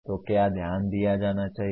तो क्या ध्यान दिया जाना चाहिए